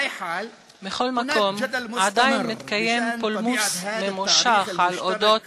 בכל מקום עדיין מתקיים פולמוס ממושך על אודות